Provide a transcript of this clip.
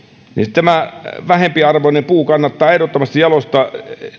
tämä vähempiarvoinen puu kannattaa ehdottomasti jalostaa